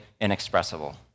inexpressible